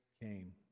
came